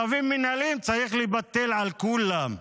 צווים מינהליים צריך לבטל לכולם.